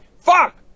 Fuck